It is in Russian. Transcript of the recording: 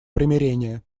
примирения